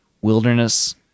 wilderness